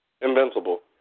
Invincible